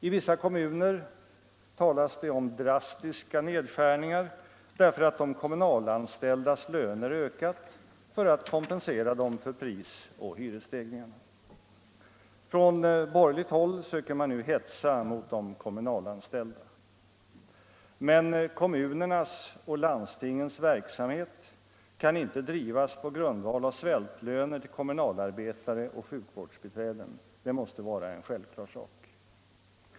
I vissa kommuner talas det om drastiska nedskärningar därför att de kommunalanställdas löner ökat för att kompensera dem för pris och hyresstegringarna. Från bor gerligt håll söker man nu hetsa mot de kommunalanställda. Men kommunernas och landstingens verksamhet kan inte drivas på grundval av svältlöner till kommunalarbetare och sjukvårdsbiträden, det måste vara en självklar sak.